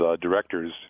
directors